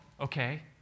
okay